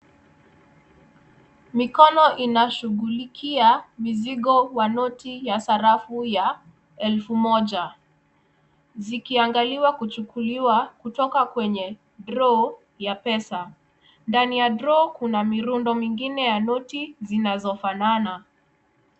Mikono inashughulikia mizigo wa noti ya sarafu ya elfu moja zikiangaliwa kuchukuliwa kutoka kwenye draw ya pesa. Ndani ya draw kuna mirundo mingine ya noti zinazofanana.